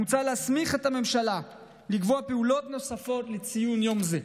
מוצע להסמיך את הממשלה לקבוע פעולות נוספות לציון יום זה.